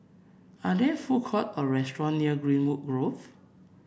are there food court or restaurant near Greenwood Grove